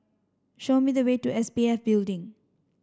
show me the way to S P F Building